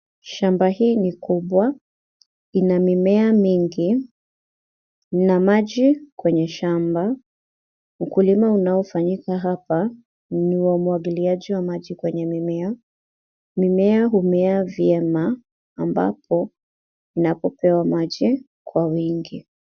Shamba hili kubwa ina mimea mingi na maji kwenye shamba. Ukulima inayofanyika hapa ni wa umwagiliaji wa maji kwenye mimea. Mimea humea vyema ambapo inapopewa maji kwa wingi.